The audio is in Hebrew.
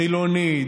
חילוני,